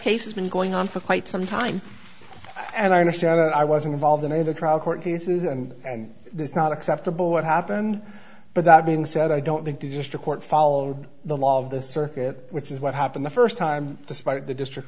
has been going on for quite some time and i understand i was involved in a the trial court cases and and it's not acceptable what happened but that being said i don't think the district court followed the law of the circuit which is what happened the first time despite the district